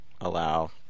allow